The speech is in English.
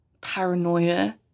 paranoia